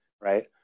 right